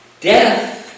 Death